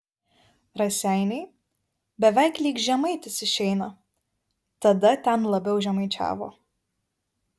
raseiniai beveik lyg žemaitis išeina tada ten labiau žemaičiavo